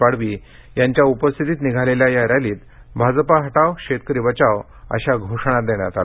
पाडवी यांच्या उपस्थितीत निघालेल्या या रॅलीत भाजपा हटाव शेतकरी बचाव अशा घोषणा देण्यात आल्या